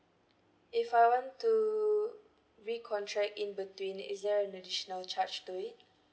if I want to recontract in between is there an additional charge to it